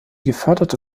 geförderte